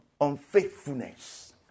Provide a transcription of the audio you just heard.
unfaithfulness